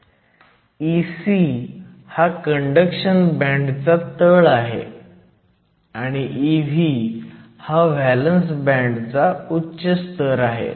Ec हा conduction बँडचा तळ आहे आणि Ev हा व्हॅलंस बँडचा उच्च स्तर आहे